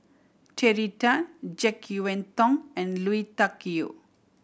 Terry Tan Jek Yeun Thong and Lui Tuck Yew